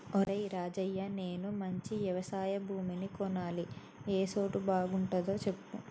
ఒరేయ్ రాజయ్య నేను మంచి యవశయ భూమిని కొనాలి ఏ సోటు బాగుంటదో సెప్పు